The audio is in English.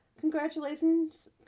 Congratulations